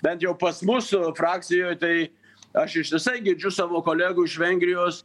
bent jau pas mus frakcijoj tai aš ištisai girdžiu savo kolegų iš vengrijos